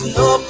no